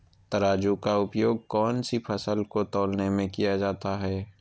तराजू का उपयोग कौन सी फसल को तौलने में किया जाता है?